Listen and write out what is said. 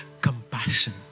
compassion